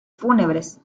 fúnebres